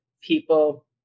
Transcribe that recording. people